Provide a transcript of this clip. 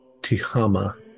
Tihama